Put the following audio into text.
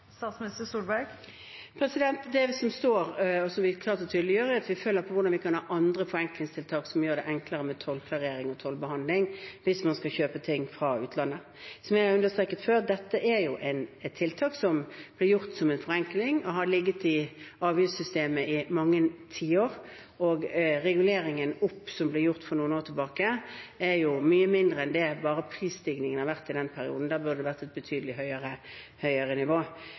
Det som står, og som vi klart og tydelig gjør, er at vi følger med på hvordan vi kan ha andre forenklingstiltak som gjør det enklere med tollklarering og tollbehandling hvis man skal kjøpe ting fra utlandet. Som jeg har understreket før: Dette er et tiltak som ble gjort som en forenkling, og har ligget i avgiftssystemet i mange tiår. Reguleringen opp, som ble gjort for noen år siden, er mye mindre enn det bare prisstigningen har vært i den perioden. Da burde det vært et betydelig høyere nivå.